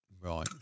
Right